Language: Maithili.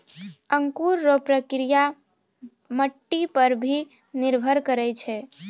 अंकुर रो प्रक्रिया मट्टी पर भी निर्भर करै छै